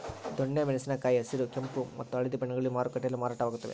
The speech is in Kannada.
ದೊಣ್ಣೆ ಮೆಣಸಿನ ಕಾಯಿ ಹಸಿರು ಕೆಂಪು ಮತ್ತು ಹಳದಿ ಬಣ್ಣಗಳಲ್ಲಿ ಮಾರುಕಟ್ಟೆಯಲ್ಲಿ ಮಾರಾಟವಾಗುತ್ತವೆ